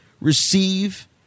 receive